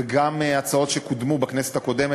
וגם הצעות שקודמו בכנסת הקודמת,